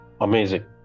Amazing